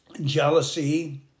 jealousy